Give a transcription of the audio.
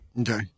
Okay